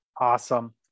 Awesome